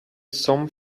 some